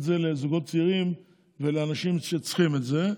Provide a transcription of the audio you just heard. זה לזוגות צעירים ולאנשים שצריכים את זה.